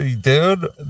Dude